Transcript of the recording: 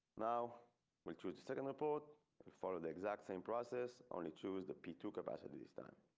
now went through the second report for the exact same process only choose the p talk about it this time.